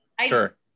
sure